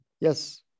Yes